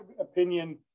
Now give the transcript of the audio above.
opinion